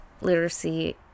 literacy